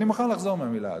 ואני מוכן לחזור מהמלה הזאת,